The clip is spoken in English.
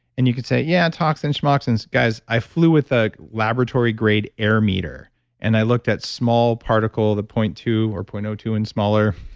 and you can say yeah, toxins, schmoxins. guys, i flew with a laboratory grade air meter and i looked at small particle the point two or point zero two and smaller,